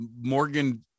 morgan